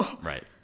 Right